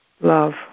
love